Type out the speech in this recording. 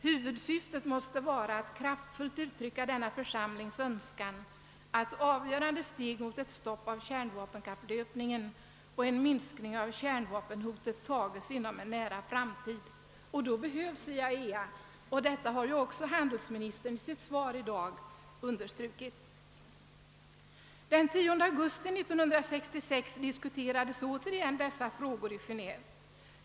Huvudsyftet måste vara att kraftfullt uttrycka denna församlings önskan att avgörande steg mot ett stopp av kärnvapenkapplöpningen och en minskning av kärnvapenhotet tages inom en nära framtid.» Då behövs IAEA; detta har också handelsministern i sitt svar i dag understrukit. Den 10 augusti 1966 diskuterades återigen dessa frågor i Genéve.